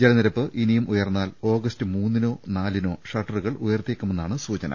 ജലനിരപ്പ് ഇനിയും ഉയർന്നാൽ ഓഗസ്റ്റ് മൂന്നിനോ നാലിനോ ഷട്ടറുകൾ ഉയർത്തിയേക്കുമെന്നാണ് സൂചന